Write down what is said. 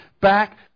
back